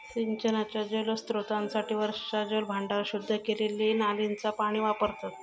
सिंचनाच्या जलस्त्रोतांसाठी वर्षाजल भांडार, शुद्ध केलेली नालींचा पाणी वापरतत